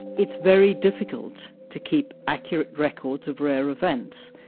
it's very difficult to keep accurate records of rare events.